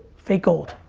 fake gold.